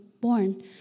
born